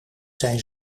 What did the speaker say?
zijn